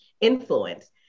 influence